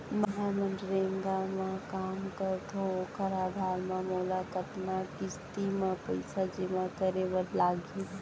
मैं मनरेगा म काम करथो, ओखर आधार म मोला कतना किस्ती म पइसा जेमा करे बर लागही?